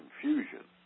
confusion